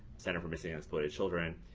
center for missing and exploited children.